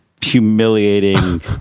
humiliating